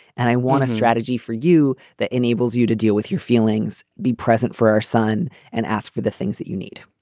and i want a strategy for you that enables you to deal with your feelings, be present for our son and ask for the things that you need.